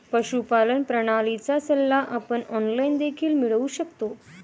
पशुपालन प्रणालीचा सल्ला आपण ऑनलाइन देखील मिळवू शकतो